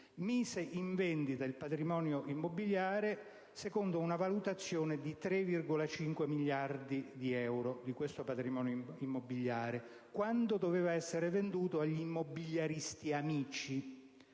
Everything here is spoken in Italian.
mise in vendita il patrimonio immobiliare secondo una valutazione di 3,5 miliardi di euro; questo quando doveva essere venduto agli immobiliaristi amici.